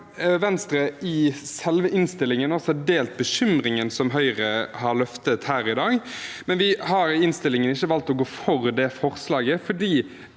Venstre har i selve innstillingen delt bekymringen som Høyre har løftet her i dag, men vi har i innstillingen ikke valgt å gå for det forslaget, fordi